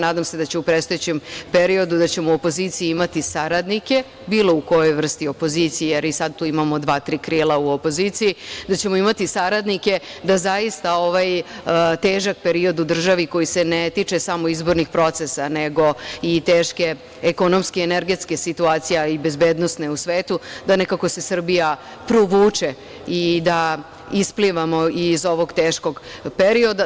Nadam se da ćemo u predstojećem periodu u opoziciji imati saradnike, bilo u kojoj vrsti opozicije, jer i sad tu imamo dva, tri krila u opoziciji, da ćemo imati saradnike da zaista ovaj težak period u državi koji se ne tiče samo izbornih procesa, nego i teške ekonomske i energetske situacije, ali i bezbednosne u svetu, da nekako se Srbija provuče i da isplivamo iz ovog teškog perioda.